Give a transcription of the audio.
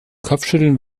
kopfschütteln